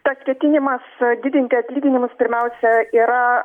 pats kėtinimas didinti atlyginimus pirmiausia yra